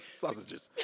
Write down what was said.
sausages